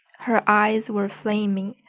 her eyes were flaming,